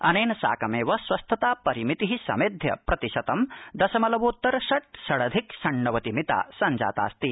अनेन साकमेव स्वस्थता परिमिति समेध्य प्रतिशतं दशमलवोत्तर षट षडधिक षण्णवति मिता संजातास्ति